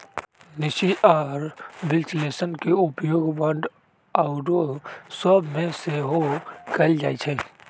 निश्चित आऽ विश्लेषण के उपयोग बांड आउरो सभ में सेहो कएल जाइ छइ